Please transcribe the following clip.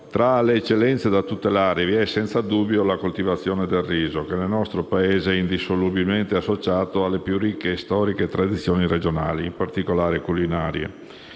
Tra le eccellenze da tutelare vi è senza dubbio la coltivazione del riso, che nel nostro Paese è indissolubilmente associato alle più ricche e storiche tradizioni regionali, in particolare culinarie.